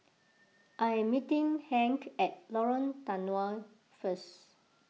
I am meeting Hank at Lorong Danau first